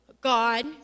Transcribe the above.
God